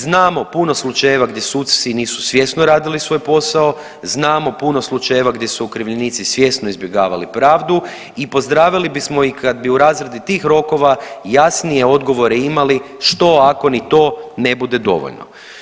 Znamo puno slučajeva gdje suci nisu svjesno radili svoj posao, znamo puno slučajeva gdje su okrivljenici svjesno izbjegavali pravdu i pozdravili bismo ih kad bi u razradi tih rokova jasnije odgovore imali što ako ni to ne bude dovoljno.